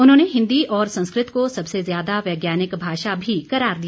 उन्होंने हिन्दी और संस्कृत को सबसे ज्यादा वैज्ञानिक भाषा भी करार दिया